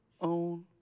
own